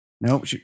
Nope